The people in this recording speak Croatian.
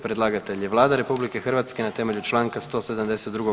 Predlagatelj je Vlada RH na temelju čl. 172.